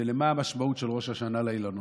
ומה המשמעות של ראש השנה לאילנות?